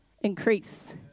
increase